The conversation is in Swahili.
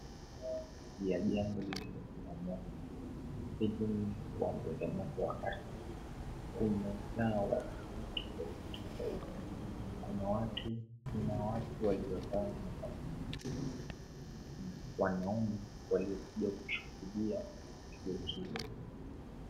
Jengo lililoporomoka pengine kwa mtetemeko wa ardhi, kumejaa watu tofautitofauti. Kuna watu waliovalia mavazi spesheli na wanaume walio kuja kushuhudia tukio hilo.